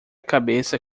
cabeça